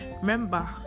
remember